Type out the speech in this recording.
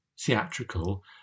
theatrical